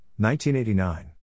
1989